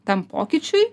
tam pokyčiui